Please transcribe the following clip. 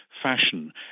fashion